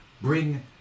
bring